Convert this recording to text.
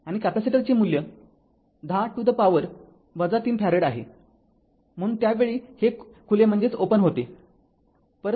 आणि कॅपेसिटरचे मूल्य १0 to the power ३ फॅरेड आहे म्हणून त्या वेळी हे खुले होते